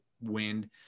wind